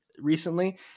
recently